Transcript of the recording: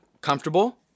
comfortable